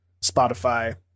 Spotify